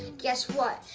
guess what?